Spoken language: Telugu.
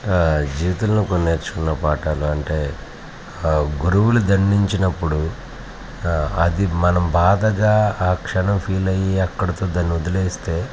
జీవితంలో కొన్ని నేర్చుకున్న పాఠాలు అంటే గురువులు దండించినప్పుడు అది మనం బాధగా ఆ క్షణం ఫీల్ అయ్యి అక్కడితో దాన్ని వదిలేస్తే